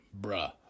bruh